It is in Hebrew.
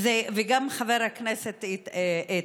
וגם חבר הכנסת איתן.